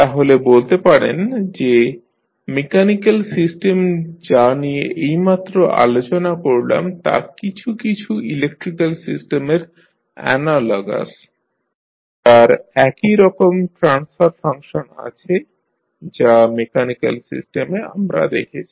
তাহলে বলতে পারেন যে মেকানিক্যাল সিস্টেম যা নিয়ে এইমাত্র আলোচনা করলাম তা কিছু কিছু ইলেকট্রিক্যাল সিস্টেমের অ্যানালগাস যার একইরকম ট্রান্সফার ফাংশন আছে যা মেকানিক্যাল সিস্টেমে আমরা দেখেছি